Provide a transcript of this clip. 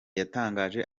yatangaje